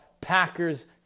packers